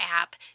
app